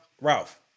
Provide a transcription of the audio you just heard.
Ralph